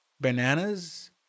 Bananas